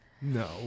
No